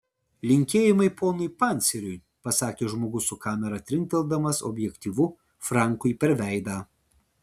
linkėjimai ponui panceriui pasakė žmogus su kamera trinkteldamas objektyvu frankui per veidą